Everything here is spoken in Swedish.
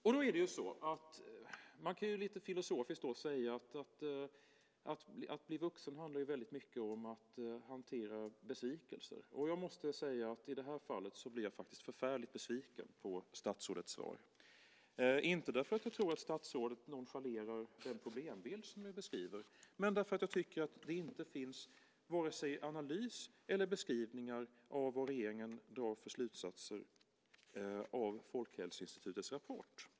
Jag kan då säga lite filosofiskt att detta att bli vuxen handlar väldigt mycket om att hantera besvikelser, och jag måste säga att i det här fallet blev jag förfärligt besviken på statsrådets svar. Det är inte därför att jag tror att statsrådet nonchalerar den problembild som jag beskriver men därför att jag tycker att det inte finns vare sig analys eller beskrivningar av vad regeringen drar för slutsatser av Folkhälsoinstitutets rapport.